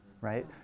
right